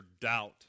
doubt